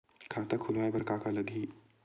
खाता खुलवाय बर का का लगही?